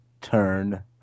turn